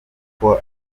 uko